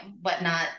whatnot